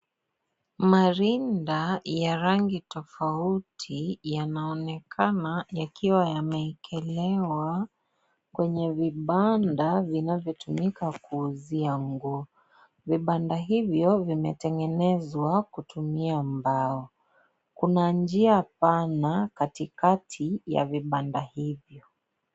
Marinda ya rangi tofauti yanaonekana yakiwa yameekelewa kwenye vibanda vinavyotumika kuuzia nguo. Vibanda hivyo vimetengenezwa kutumia mbao. Kuna njia pana katikati ya vibanda hivyo.